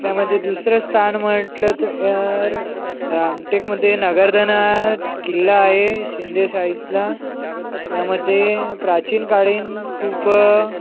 त्यामध्ये दुसरं स्थान म्हटलं तर रामटेकमध्ये नगरधन किल्ला आहे शिंदेशाहीतला त्यामध्ये प्राचीन काळीन खूप